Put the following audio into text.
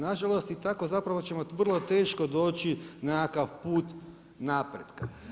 Nažalost i tako zapravo ćemo vrlo teško doći na nekakav put naprijed.